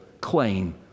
claim